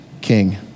king